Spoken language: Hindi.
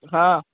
हाँ